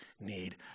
need